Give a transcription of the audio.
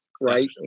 right